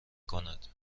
کند